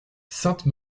sainte